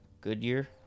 Goodyear